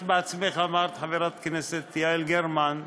את בעצמך אמרת, חברת הכנסת יעל גרמן,